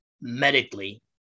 medically